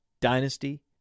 dynasty